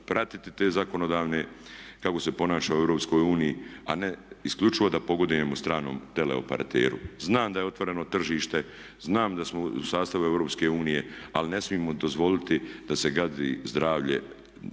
pratiti te zakonodavne kako se ponaša u EU, a ne isključivo da pogodujemo stranom tele operateru. Znam da je otvoreno tržište, znam da smo u sastavu EU, ali ne smijemo dozvoliti da se gazi zdravlje